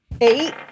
Eight